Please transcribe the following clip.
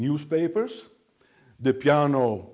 newspapers the piano